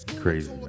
Crazy